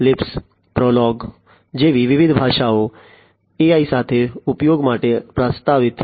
Lisp PROLOG જેવી વિવિધ ભાષાઓ AI સાથે ઉપયોગ માટે પ્રસ્તાવિત છે